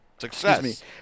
success